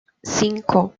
cinco